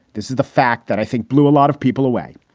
this is the fact that i think blew a lot of people away.